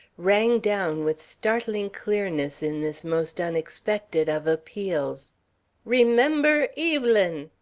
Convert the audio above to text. rang down with startling clearness in this most unexpected of appeals remember evelyn!